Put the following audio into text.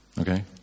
Okay